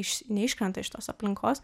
iš neiškrenta iš tos aplinkos